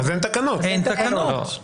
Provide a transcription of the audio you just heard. אין תקנות.